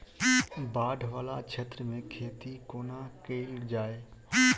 बाढ़ वला क्षेत्र मे खेती कोना कैल जाय?